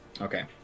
Okay